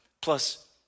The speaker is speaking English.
Plus